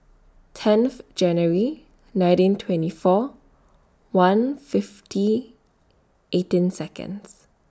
tenth January nineteen twenty four one fifty eighteen Seconds